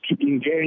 engage